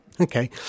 Okay